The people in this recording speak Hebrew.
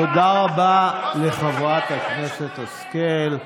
תודה רבה לחברת הכנסת השכל.